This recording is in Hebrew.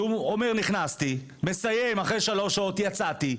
שהוא אומר נכנסתי, מסיים אחרי שלוש שעות, יצאתי.